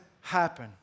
happen